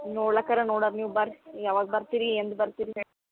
ನೋಡ್ಲಕ್ಕರ ನೋಡರ ನೀವು ಬರ್ರಿ ಯವಾಗ ಬರ್ತಿರ ರೀ ಎಂದು ಬರ್ತಿರಿ ಹೇಳಿ